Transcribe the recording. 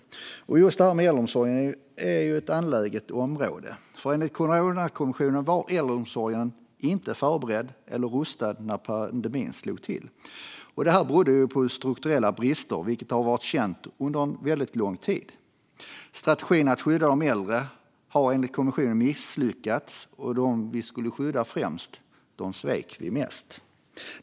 Just detta med äldreomsorgen är ju ett angeläget område. Enligt Coronakommissionen var äldreomsorgen inte förberedd eller rustad när pandemin slog till. Det berodde ju på strukturella brister, vilket har varit känt under väldigt lång tid. Strategin att skydda de äldre har enligt kommissionen misslyckats. Dem som vi skulle skydda främst svek vi mest.